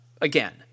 again